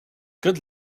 good